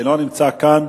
אינו נמצא כאן.